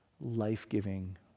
life-giving